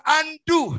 undo